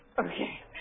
okay